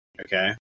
Okay